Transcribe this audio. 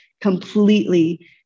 completely